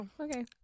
okay